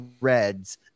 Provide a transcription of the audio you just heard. Reds